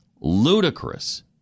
ludicrous